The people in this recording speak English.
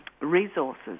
resources